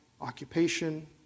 occupation